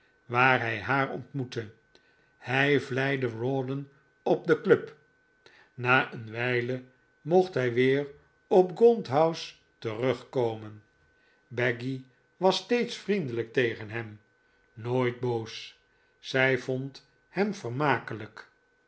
waar hij haar ontmoette hij vleide rawdon op de club na een wijle mocht hij weer op gaunt house terugkomen becky was steeds vriendelijk tegen hem nooit boos zij vond hem vermakelijk